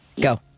Go